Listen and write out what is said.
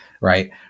right